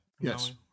Yes